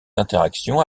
interactions